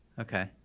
Okay